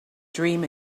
dream